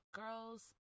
girls